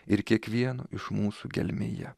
ir kiekvieno iš mūsų gelmėje